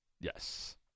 Yes